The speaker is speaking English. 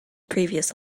previous